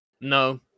No